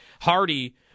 Hardy